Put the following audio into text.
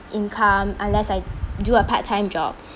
income unless I do a part-time job